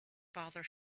father